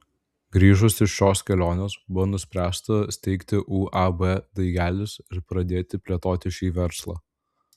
grįžus iš šios kelionės buvo nuspręsta steigti uab daigelis ir pradėti plėtoti šį verslą